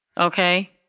Okay